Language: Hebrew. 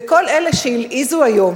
וכל אלה שהלעיזו היום,